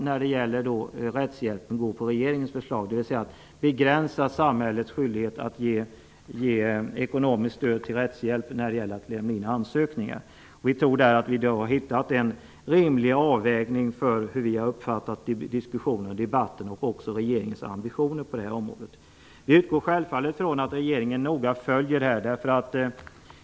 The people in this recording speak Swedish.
När det gäller rättshjälpen har vi valt att gå på regeringens förslag, dvs. att begränsa samhällets skyldighet att ge ekonomiskt stöd till rättshjälp när det gäller att lämna in ansökningar. Vi tror att vi har hittat en rimlig avvägning, med tanke på hur vi har uppfattat diskussionen, debatten och också regeringens ambitioner på detta område. Vi utgår självfallet ifrån att regeringen noga följer upp det här.